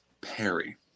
Perry